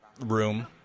room